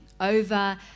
over